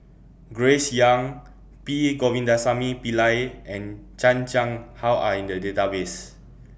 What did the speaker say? Grace Young P Govindasamy Pillai and Chan Chang How Are in The Database